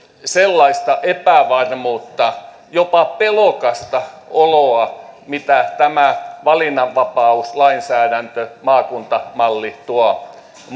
sellaista epävarmuutta jopa pelokasta oloa mitä tämä valinnanvapauslainsäädäntö maakuntamalli tuo